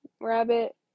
rabbit